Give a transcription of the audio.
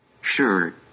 Sure